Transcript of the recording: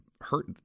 hurt